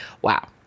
wow